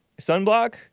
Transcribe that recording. sunblock